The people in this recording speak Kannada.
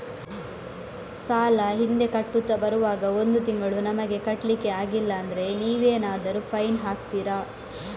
ಸಾಲ ಹಿಂದೆ ಕಟ್ಟುತ್ತಾ ಬರುವಾಗ ಒಂದು ತಿಂಗಳು ನಮಗೆ ಕಟ್ಲಿಕ್ಕೆ ಅಗ್ಲಿಲ್ಲಾದ್ರೆ ನೀವೇನಾದರೂ ಫೈನ್ ಹಾಕ್ತೀರಾ?